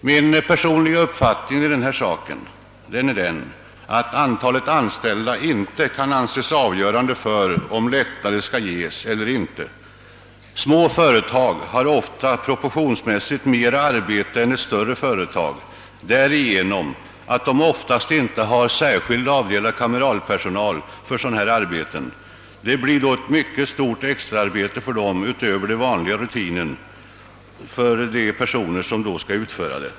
: Min personliga uppfattning i denna sak är, att antalet anställda inte får anses avgörande för om lättnader skall ges eller icke, ty de små företagen har oftast proportionsmässigt mera arbete än större företag, som oftast inte har särskilt avdelad kameral personal för ifrågavarande arbeten. Det blir då ett extra arbete utanför den vanliga rutinen för de personer som skall utföra det.